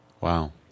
Wow